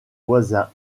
voisins